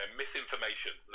misinformation